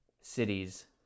cities